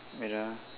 wait ah